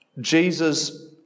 Jesus